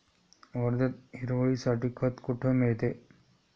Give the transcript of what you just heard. वर्ध्यात हिरवळीसाठी खत कोठे मिळतं?